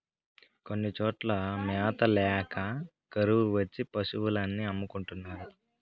కొన్ని చోట్ల మ్యాత ల్యాక కరువు వచ్చి పశులు అన్ని అమ్ముకుంటున్నారు